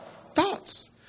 Thoughts